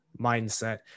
mindset